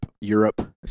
Europe